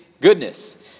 goodness